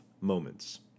moments